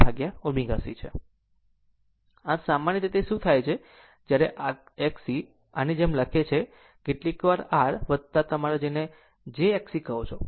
આમ સામાન્ય રીતે તે શું થાય છે જ્યારે Xc જ્યારે આની જેમ લખે છે કેટલીકવાર R તમારા જેને તમે જે j Xc કહો છો